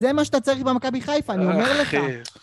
זה מה שאתה צריך במכבי חיפה, אני אומר לך.